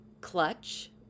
Clutch